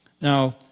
Now